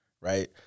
right